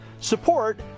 support